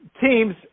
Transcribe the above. teams